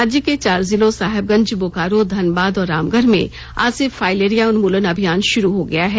राज्य के चार जिलों साहेबगंज बोकारो धनबाद और रामगढ़ में आज से फाईलेरिया उन्मूलन अभियान शुरू हो गया है